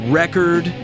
record